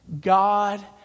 God